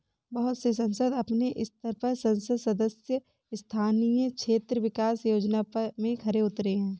बहुत से संसद अपने स्तर पर संसद सदस्य स्थानीय क्षेत्र विकास योजना में खरे उतरे हैं